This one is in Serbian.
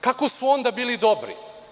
Kako su onda bili dobri?